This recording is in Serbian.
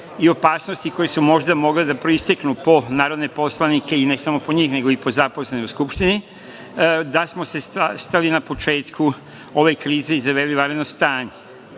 i opasnosti koje su možda mogle da proisteknu po narodne poslanike i ne samo po njih nego i po zaposlene u Skupštini, da smo se sastali na početku ove krize i zaveli vanredno stanje.